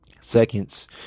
seconds